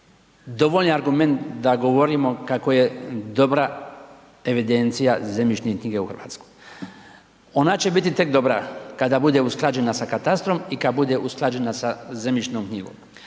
dovoljan argument da govorimo kako je dobra evidencija zemljišnih knjiga u Hrvatskoj. Ona će biti tek dobra kada bude usklađena sa katastrom i kada bude usklađena sa zemljišnom knjigom.